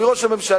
אדוני ראש הממשלה,